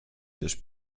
też